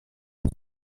kiba